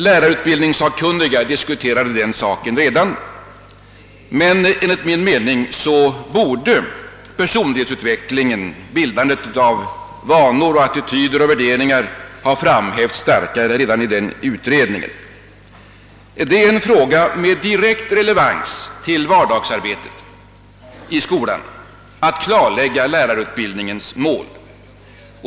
Lärarutbildningssakkunniga diskuterade denna fråga, men enligt min mening borde betydelsen av personlighetsutvecklingen, bildandet av vanor, attityder och värderingar, ha framhävts starkare redan vid den utredningen. Det är en uppgift med direkt relevans för vardagsarbetet i skolan att klarlägga lärarutbildningens mål.